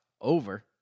over